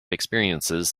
experiences